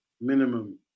Minimum